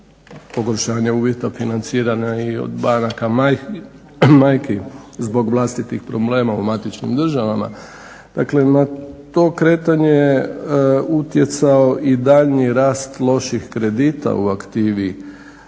pogoršanja uvjeta financiranja i od banaka, majki, zbog vlastitih problema u matičnim državama. Dakle, na to kretanje utjecao i daljnji rast loših kredita u aktivi